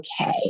okay